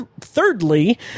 thirdly